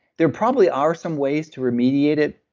there probably are some ways to remediate it,